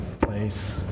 place